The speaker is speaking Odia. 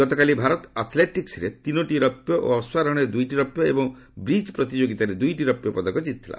ଗତକାଲି ଭାରତ ଆଥ୍ଲେଟିକ୍ରେ ତିନୋଟି ରୌପ୍ୟ ଓ ଅଶ୍ୱାରୋହଣରେ ଦୁଇଟି ରୌପ୍ୟ ଏବଂ ବ୍ରିଜ୍ ପ୍ରତିଯୋଗିତାରେ ଦୁଇଟି ରୌପ୍ୟ ପଦକ ଜିତିଥିଲା